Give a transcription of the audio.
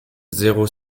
zéro